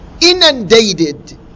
inundated